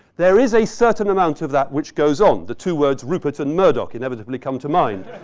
there is a certain amount of that which goes on. the two words rupert and murdock inevitably come to mind.